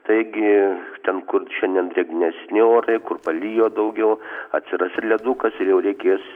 taigi ten kur šiandien drėgnesni orai kur palijo daugiau atsiras ir ledukas ir jau reikės